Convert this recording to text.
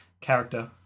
character